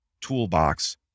toolbox